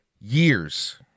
years